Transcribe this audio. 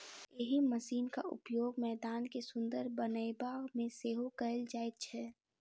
एहि मशीनक उपयोग मैदान के सुंदर बनयबा मे सेहो कयल जाइत छै